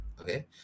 okay